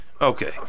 okay